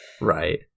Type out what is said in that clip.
Right